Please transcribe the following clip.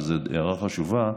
שזו הערה חשובה,